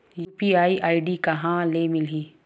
UPI ID कहां ले मिलही?